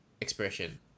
expression